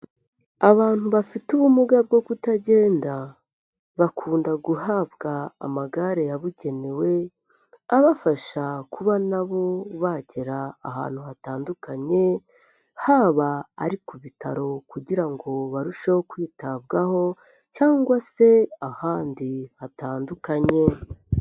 Abantu bafite ubumuga bwo kutagenda bakunda guhabwa amagare yabugenewe, abafasha kuba na bo bagera ahantu hatandukanye, haba ari ku bitaro kugira ngo barusheho kwitabwaho cyangwa se ahandi hatandukanye.